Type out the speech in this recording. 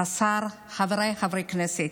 השר, חבריי חברי הכנסת,